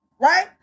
right